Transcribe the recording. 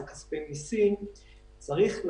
אלה כספי מיסים,